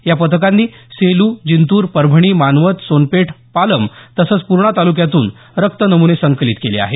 या पथकांनी सेलू जिंतूर परभणी मानवत सोनपेठ पालम तसंच पूर्णा तालुक्यातून रक्तनमुने संकलित केले आहेत